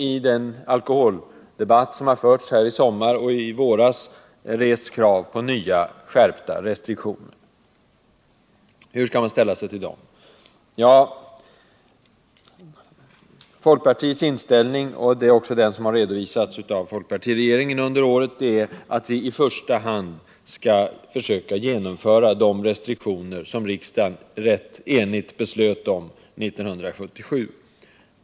I den alkoholdebatt som fördes i våras och i somras restes krav på nya och skärpta restriktioner. Hur skall man ställa sig till dem? Folkpartiets inställning — och det är också den som under året har redovisats av folkpartiregeringen — är att vi i första hand skall försöka genomföra de restriktioner som riksdagen ganska enigt beslöt om 1977.